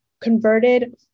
converted